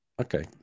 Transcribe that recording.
Okay